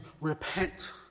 repent